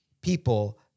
people